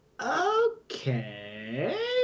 Okay